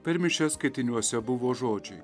per mišias skaitiniuose buvo žodžiai